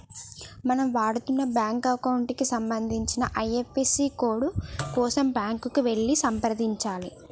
మనం వాడుతున్న bank account కి సంబంధించిన ఐ.ఎఫ్.ఎస్.సి కోడ్ కోసం బ్యాంకుకి వెళ్లి సంప్రదించాలే